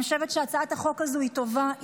אני חושבת שהצעת החוק הזו היא טובה,